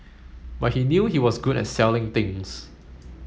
but he knew he was good at selling things